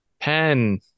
Pen